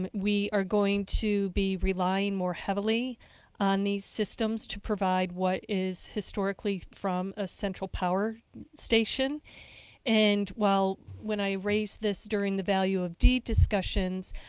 um we are going to be relying more heavily on these systems to provide what is historically from a central power station and while, when i raised this during the value of deed discussions,